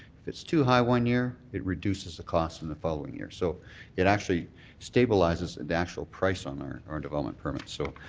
it's too high one year, it reduces the costs in the following year, so it actually stabilizes the actual price on there our development permit. so